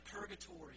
purgatory